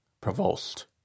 provost